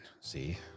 See